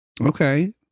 Okay